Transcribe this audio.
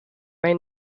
may